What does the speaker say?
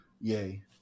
yay